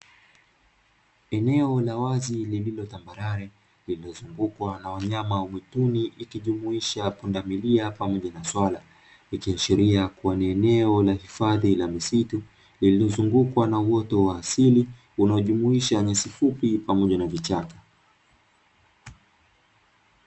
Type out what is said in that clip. Eneo la wazi lililo tambarale lililozungukwa na wanyama wa mwituni ikijumuisha pundamilia pamoja na swala, ikiashiria kuwa ni eneo la hifadhi la misitu liliyozungukwa na uoto wa asili, unaojumuisha nyasi fupi pamoja na vichaka.